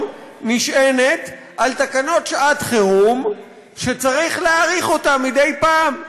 נשענת על תקנות שעת חירום שצריך להאריך אותן מדי פעם.